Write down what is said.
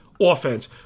offense